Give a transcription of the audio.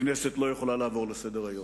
הכנסת לא יכולה לעבור לסדר-היום.